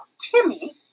Timmy